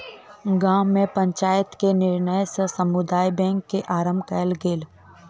गाम में पंचायत के निर्णय सॅ समुदाय बैंक के आरम्भ कयल गेल